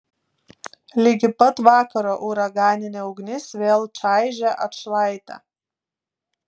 ligi pat vakaro uraganinė ugnis vėl čaižė atšlaitę